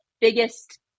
biggest